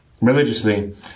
religiously